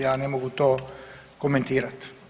Ja ne mogu to komentirat.